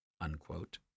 unquote